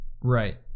Right